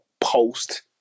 post